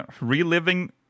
reliving